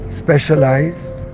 specialized